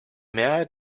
mehrheit